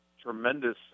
tremendous